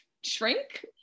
shrink